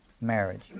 marriage